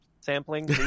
sampling